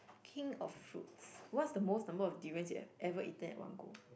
king of fruits what's the most number of durians you have ever eaten at one go